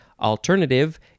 Alternative